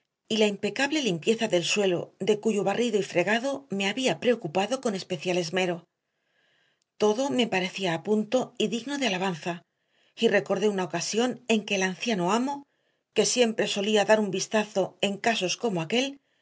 y la impecable limpieza de suelo de cuyo barrido y fregado me había preocupado con especial esmero todo me pareció a punto y digno de alabanza y recordé una ocasión en que el anciano amo que siempre solía dar un vistazo en casos como aquel